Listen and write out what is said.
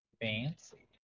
fancy